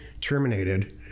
terminated